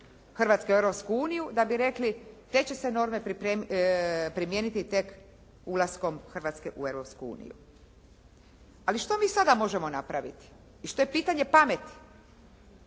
Hrvatske u Europsku uniju da bi rekli te će se norme primijeniti tek ulaskom Hrvatske u Europsku uniju. Ali što mi sada možemo napraviti i što je pitanje pameti,